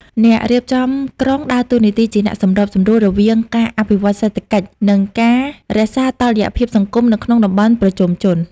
អ្នករៀបចំក្រុងដើរតួនាទីជាអ្នកសម្របសម្រួលរវាងការអភិវឌ្ឍសេដ្ឋកិច្ច និងការរក្សាតុល្យភាពសង្គមនៅក្នុងតំបន់ប្រជុំជន។